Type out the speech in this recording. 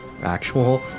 actual